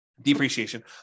depreciation